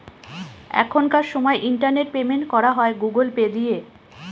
এখনকার সময় internet payment করা হয় গুগুল পে দিয়ে